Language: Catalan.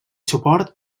suport